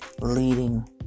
leading